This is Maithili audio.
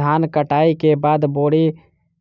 धान कटाई केँ बाद बोरी